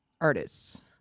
artists